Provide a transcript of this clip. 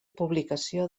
publicació